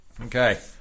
Okay